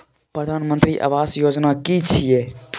प्रधानमंत्री आवास योजना कि छिए?